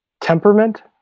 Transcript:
temperament